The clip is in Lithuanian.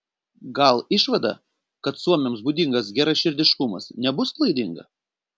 gal išvada kad suomiams būdingas geraširdiškumas nebus klaidinga